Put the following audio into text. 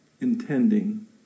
intending